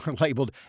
labeled